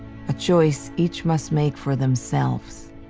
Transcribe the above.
a choice each must make for themselves,